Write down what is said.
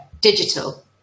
digital